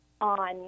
on